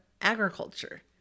agriculture